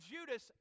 Judas